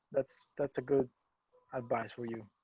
that's, that's a good advice for you.